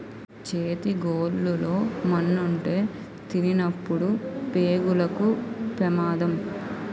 చేతి గోళ్లు లో మన్నుంటే తినినప్పుడు పేగులకు పెమాదం